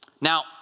Now